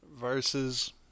Versus